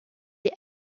est